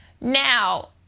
Now